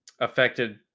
affected